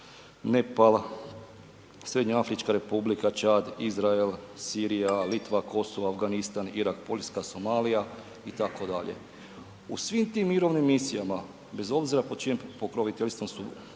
Nepal, Srednjoafrička Republika, Čad, Izrael, Sirija, Irak, Poljska, Somalija itd. U svim tim mirovnim misijama bez obzira pod čijem pokroviteljstvu su